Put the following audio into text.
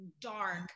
dark